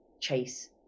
chase